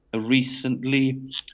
recently